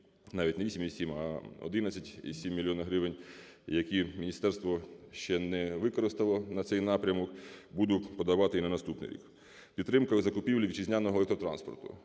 навіть не 8,7, а 11,7 мільйонів гривень, які міністерство ще не використало на цей напрямок. Буду подавати і на наступний рік. Підтримка закупівлі вітчизняного автотранспорту.